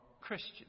Christian